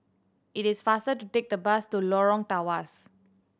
it is faster to take the bus to Lorong Tawas